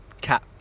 Cap